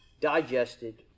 digested